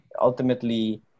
ultimately